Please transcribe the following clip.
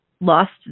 lost